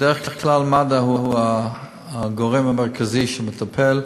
בדרך כלל מד"א הוא הגורם המרכזי שמטפל.